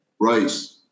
Right